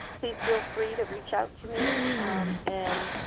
please feel free to reach out to me and